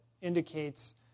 indicates